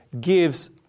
gives